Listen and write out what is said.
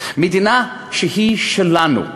מדינה שהיא שלנו.